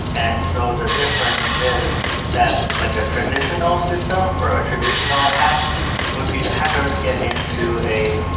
and so the difference is that like a traditional system or a traditional hack would be the hackers get into a